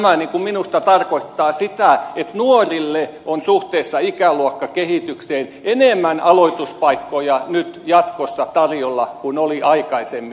tämä minusta tarkoittaa sitä että nuorille on suhteessa ikäluokkakehitykseen enemmän aloituspaikkoja nyt jatkossa tarjolla kuin oli aikaisemmin